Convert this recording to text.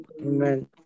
Amen